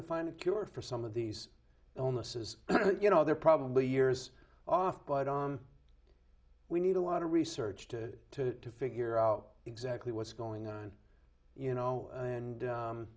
to find a cure for some of these illnesses you know they're probably years off but on we need a lot of research to figure out exactly what's going on you know and